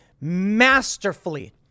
masterfully